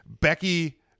Becky